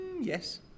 Yes